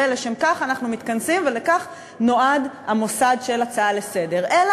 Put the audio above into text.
הרי לשם כך אנחנו מתכנסים ולכך נועד המוסד של הצעה לסדר-היום.